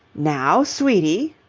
now, sweetie!